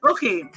Okay